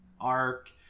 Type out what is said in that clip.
arc